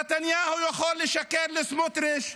נתניהו יכול לשקר לסמוטריץ',